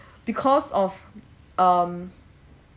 because of um